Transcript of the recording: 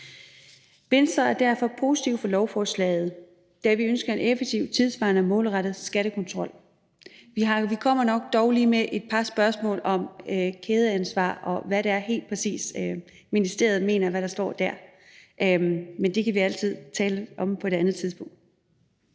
Venstre er derfor positive over for lovforslaget, da vi ønsker en effektiv, tidsvarende og målrettet skattekontrol. Vi kommer dog nok lige med et par spørgsmål om kædeansvar og om, hvad ministeriet helt præcis mener at der står dér. Men det kan vi altid tale om på et andet tidspunkt.